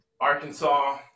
Arkansas